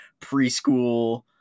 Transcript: preschool